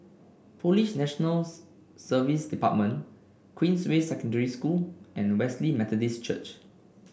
Police National Service Department Queensway Secondary School and Wesley Methodist Church